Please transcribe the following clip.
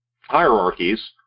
hierarchies